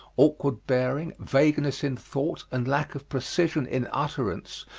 awkward bearing, vagueness in thought, and lack of precision in utterance,